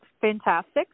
fantastic